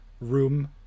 room